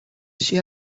she